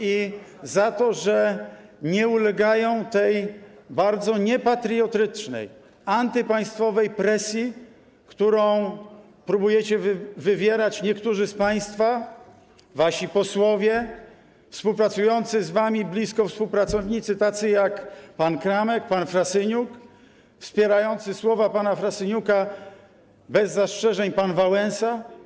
i za to, że nie ulegają tej bardzo niepatriotycznej, antypaństwowej presji, którą próbujecie, próbują wywierać niektórzy z państwa, wasi posłowie, współpracujący z wami blisko współpracownicy, tacy jak pan Kramek, pan Frasyniuk, wspierający słowa pana Frasyniuka bez zastrzeżeń pan Wałęsa.